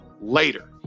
later